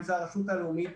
אם זה הרשות הלאומית,